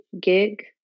gig